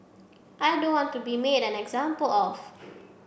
I don't want to be made an example of